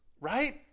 right